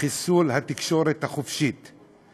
לחיסול התקשורת החופשית.